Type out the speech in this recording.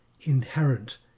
inherent